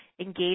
engage